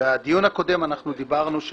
בדיון הקודם דיברנו על